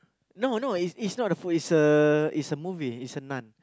no no it's it's not a food it's a it's a movie it's a nun